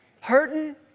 hurting